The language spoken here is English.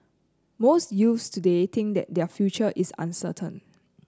most youths today think that their future is uncertain